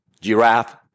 Giraffe